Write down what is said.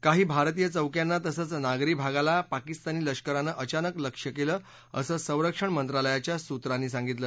काही भारतीय चौक्यांना तसंच नागरी भागाला पाकिस्तानी लष्करां अचानक लक्ष्य क्लि असं संरक्षण मंत्रालयाच्या सुत्रांनी सांगितलं